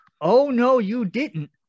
oh-no-you-didn't